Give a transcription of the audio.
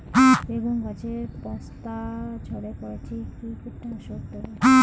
বেগুন গাছের পস্তা ঝরে পড়ছে কি কীটনাশক দেব?